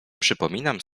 przypominam